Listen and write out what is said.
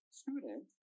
student